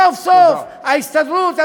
סוף-סוף ההסתדרות,